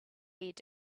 lead